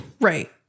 Right